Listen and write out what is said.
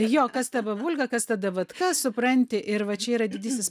jo kas ta babulka kas ta davatka supranti ir va čia yra didysis